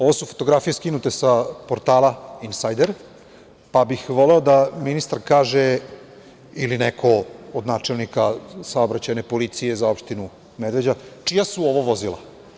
Ovo su fotografije skinute sa portala „Insajder“, pa bih voleo da ministar kaže ili neko od načelnika saobraćajne policije za opštinu Medveđa – čija su ovo vozila?